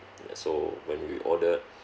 ya so when we ordered